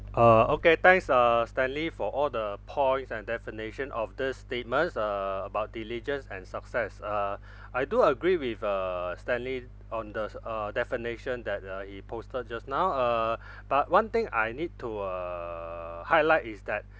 uh okay thanks uh stanley for all the points and definition of the statements uh about diligence and success uh I do agree with uh stanley on the s~ uh definition that uh he posted just now uh but one thing I need to err highlight is that